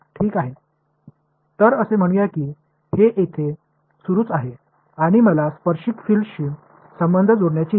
எனவே இது இங்கே தொடர்கிறது என்றும் டான்ஜென்ஷியல் களுக்கு இடையில் ஒரு உறவைப் பெற விரும்புகிறேன் என்றும் கூறுவோம்